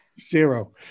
Zero